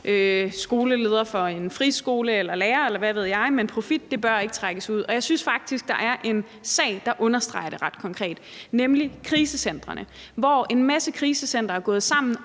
skoleleder for en friskole eller som lærer, eller hvad ved jeg, men der bør ikke trækkes profit ud. Og jeg synes faktisk, at der er en sag, der understreger det ret konkret, nemlig om krisecentrene, hvor en masse krisecentre er gået sammen